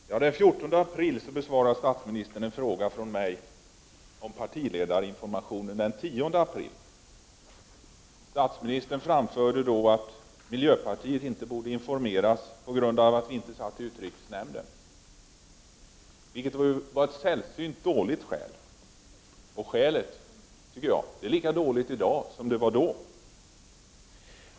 Herr talman! Den 14 april besvarade statsministern en fråga som jag hade ställt angående partiledarinformationen den 10 april. Statsministern anförde då att miljöpartiet inte borde informeras, eftersom partiet inte var representerat i utrikesnämnden, vilket var ett sällsynt dåligt argument. Jag anser att detta argument är lika dåligt i dag som det var då.